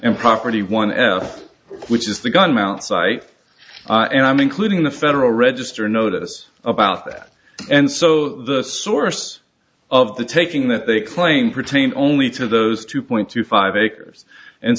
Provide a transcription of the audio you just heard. and property one f which is the gun mount site and i'm including the federal register notice about that and so the source of the taking that they claim pertain only to those two point two five acres and